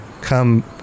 come